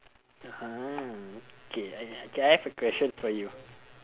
ah okay I I K I have a question for you